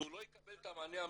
אבל הוא לא יקבל את המענה המקצועי.